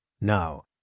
Now